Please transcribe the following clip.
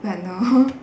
but no